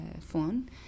phone